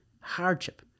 Hardship